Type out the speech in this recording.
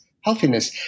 healthiness